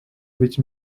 which